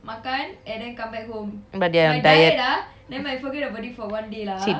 but you are on diet cheat day lah